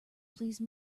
please